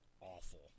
awful